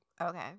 Okay